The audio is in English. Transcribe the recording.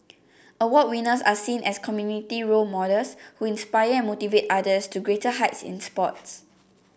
award winners are seen as community role models who inspire and motivate others to greater heights in sports